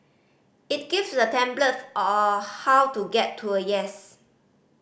it gives a template how to get to a yes